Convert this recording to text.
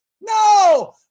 No